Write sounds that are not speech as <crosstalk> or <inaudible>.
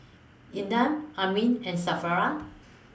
Indah Amrin and <unintelligible>